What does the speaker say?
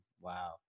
Wow